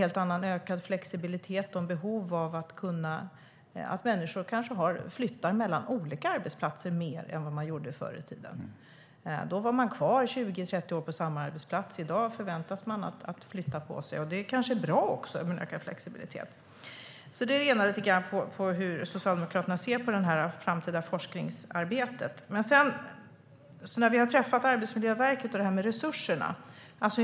Det är en ökad flexibilitet, och människor flyttar kanske mer mellan olika arbetsplatser än vad man gjorde förr i tiden. Då kunde man vara kvar 20-30 år på samma arbetsplats. I dag förväntas det att man ska flytta på sig. Den ökade flexibiliteten är kanske bra. Jag undrar därför hur Socialdemokraterna ser på det framtida forskningsarbetet. Vi har träffat Arbetsmiljöverket och diskuterat detta med resurserna.